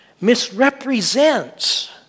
misrepresents